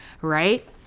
right